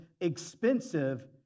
expensive